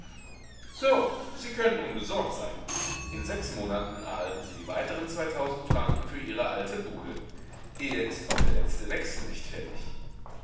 so sie können unbesorgt sein in sechs monaten erhalten sie die weiteren zweitausend franken für ihre alte bude eher ist auch der letzte wechsel nicht fällig